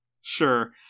Sure